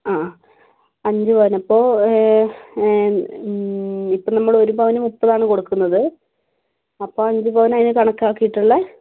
ആ അഞ്ച് പവൻ അപ്പോൾ ഇപ്പോൾ നമ്മൾ ഒരു പവന് മുപ്പതാണ് കൊടുക്കുന്നത് അപ്പോൾ അഞ്ച് പവന് അതിന് കണക്കാക്കിയിട്ടുള്ള